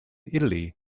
italy